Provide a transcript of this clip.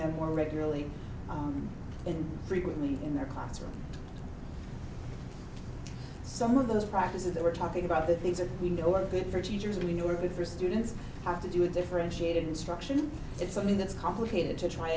them more regularly and frequently in the classroom some of those practices that we're talking about that these are we know are good for teachers we know are good for students have to do a differentiated instruction it's something that's complicated to try